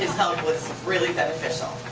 help was really beneficial.